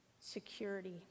security